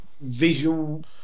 visual